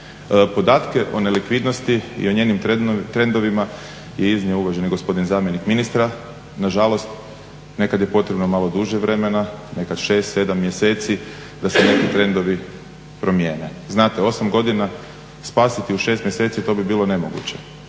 Podatke o nelikvidnosti i o njenim trendovima je iznio uvaženi gospodin zamjenik ministra, nažalost nekad je potrebno malo duže vremena, nekad 6, 7 mjeseci da se neki trendovi promijene. Znate 8 godina spasiti u 6 mjeseci to bi bilo nemoguće.